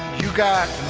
you got